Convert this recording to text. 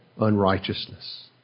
unrighteousness